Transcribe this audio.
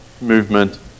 movement